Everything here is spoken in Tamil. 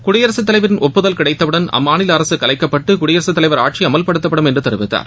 குடியரசு தலைவரின் ஒப்புதல் கிடைத்தவுடன் அம்மாநில அரசு கலைக்கப்பட்டு குடியரசு தலைவர் ஆட்சி அமல்படுத்தப்படும் என்று தெரிவித்தார்